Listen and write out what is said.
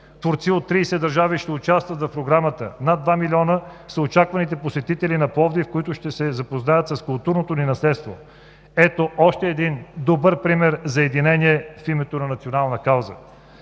Творци от 30 държави ще участват в програмата. Над два милиона са очакваните посетители в Пловдив, които ще се запознаят с културното ни наследство. Ето още един добър пример за единение в името на национална кауза.